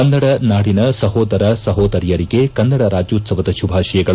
ಕನ್ನಡ ನಾಡಿನ ಸಹೋದರ ಸಹೋದರಿಯರಿಗೆ ಕನ್ನಡ ರಾಜ್ಯೋತ್ತವದ ಶುಭಾಶಗಳು